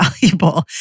valuable